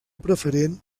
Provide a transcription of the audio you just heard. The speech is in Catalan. preferent